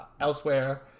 elsewhere